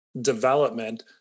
development